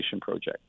Project